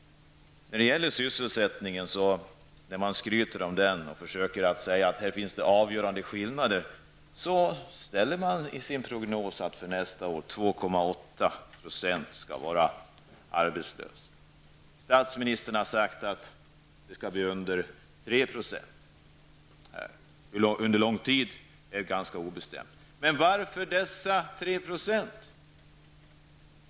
När det gäller sysselsättningen skryter man om den och säger att det här finns avgörande skillnader. Men man visar i sin prognos för nästa år att 2,8 % kommer att vara arbetslösa. Statsministern har sagt att det blir under 3 %; för hur lång tid är ganska obestämt. Men varför dessa 3 %?